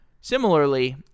Similarly